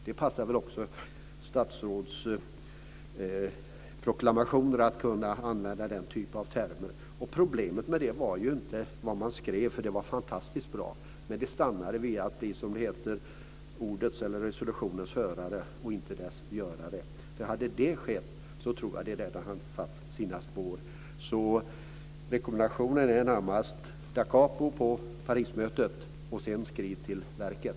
Det kan väl också passa bra att att använda den typen termer i statsrådsproklamationer. Problemet var inte vad man skrev - det var fantastiskt bra - utan att man stannade vid att bli resolutionens hörare, inte dess görare. Hade man blivit det, skulle jag tro att det redan hade satt sina spår. Rekommendationen blir alltså närmast: Dacapo på Parismötets slutsatser, och skrid sedan till verket!